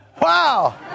Wow